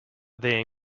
they